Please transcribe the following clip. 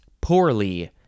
poorly